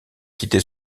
quitté